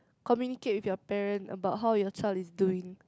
communicate with your parent about how your child is doing